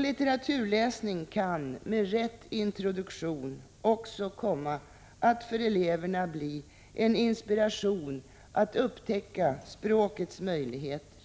Litteraturläsning kan med rätt introduktion också komma att bli inspiration för eleverna att upptäcka språkets möjligheter